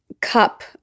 cup